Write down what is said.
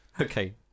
Okay